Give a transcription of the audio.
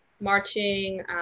marching